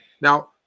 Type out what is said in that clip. Now